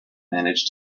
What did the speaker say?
manage